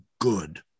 good